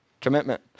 commitment